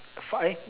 f~